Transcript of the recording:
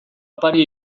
opari